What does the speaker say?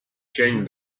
sień